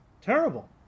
terrible